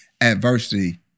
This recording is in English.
adversity